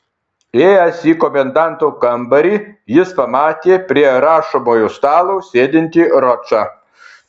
įėjęs į komendanto kambarį jis pamatė prie rašomojo stalo sėdintį ročą